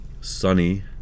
sunny